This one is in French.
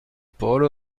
paul